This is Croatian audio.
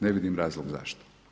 Ne vidim razlog zašto.